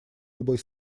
любой